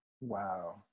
Wow